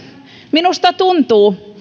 minusta tuntuu